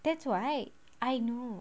that's why I know